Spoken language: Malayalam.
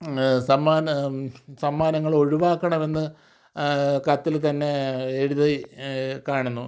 സമ്മാനം സമ്മാനങ്ങൾ ഒഴിവക്കണമെന്ന് കത്തിൽ തന്നെ എഴുതി കാണുന്നു